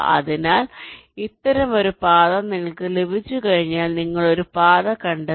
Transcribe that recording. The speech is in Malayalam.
അതിനാൽ ഇത്തരമൊരു പാത നിങ്ങൾക്ക് ലഭിച്ചുകഴിഞ്ഞാൽ നിങ്ങൾ ഒരു പാത കണ്ടെത്തി